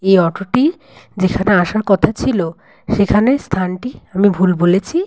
এই অটোটি যেখানে আসার কথা ছিল সেখানে স্থানটি আমি ভুল বলেছি